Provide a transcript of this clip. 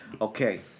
okay